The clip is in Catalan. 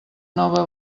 nova